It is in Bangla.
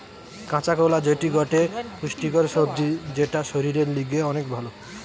কাঁচা কোলা যেটি গটে পুষ্টিকর সবজি যেটা শরীরের লিগে অনেক ভাল